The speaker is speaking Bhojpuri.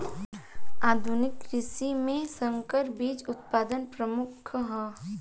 आधुनिक कृषि में संकर बीज उत्पादन प्रमुख ह